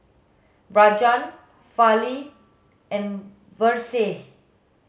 Rajan Fali and Verghese